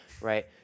Right